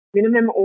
Minimum